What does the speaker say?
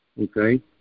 okay